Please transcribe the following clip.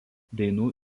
dainų